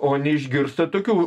o neišgirsta tokių